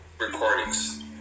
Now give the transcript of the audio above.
recordings